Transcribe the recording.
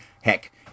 heck